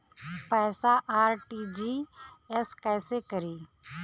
पैसा आर.टी.जी.एस कैसे करी?